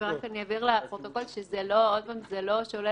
ואילו זה שעני,